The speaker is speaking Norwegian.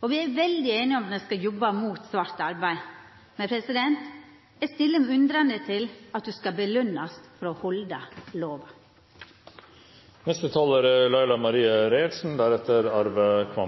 og me er samde om at me skal jobba mot svart arbeid. Men eg stiller meg undrande til at ein skal påskjønast for å